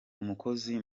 umukozi